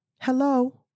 Hello